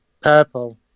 Purple